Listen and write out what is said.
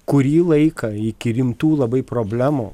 kurį laiką iki rimtų labai problemų